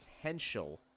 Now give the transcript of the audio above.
potential